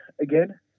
again